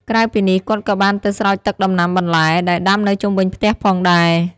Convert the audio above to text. ក្រៅពីនេះ គាត់ក៏បានទៅស្រោចទឹកដំណាំបន្លែ ដែលដាំនៅជុំវិញផ្ទះផងដែរ។